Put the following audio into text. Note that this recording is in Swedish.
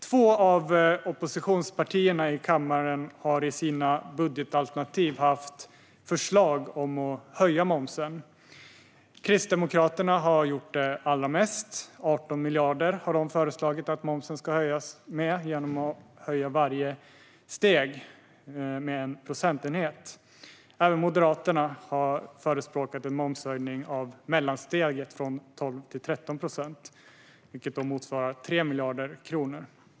Två av oppositionspartierna har i sina budgetalternativ förslag om att höja momsen. Kristdemokraterna föreslår en höjning med hela 18 miljarder genom att varje steg höjs med 1 procentenhet. Moderaterna förespråkar en momshöjning av mellansteget från 12 till 13 procent, vilket motsvarar 3 miljarder kronor.